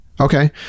Okay